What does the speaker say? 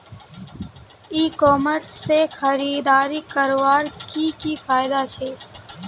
ई commerce से खरीदारी करवार की की फायदा छे?